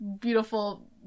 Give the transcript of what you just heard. beautiful